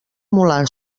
molar